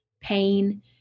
pain